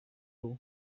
dur